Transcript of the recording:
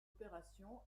opération